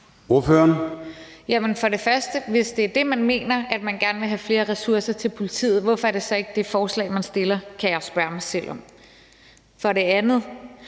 sige, at hvis det er det, man mener, altså at man gerne vil have flere ressourcer til politiet, hvorfor er det så ikke det forslag, man fremsætter? Det kan jeg spørge mig selv om. For det andet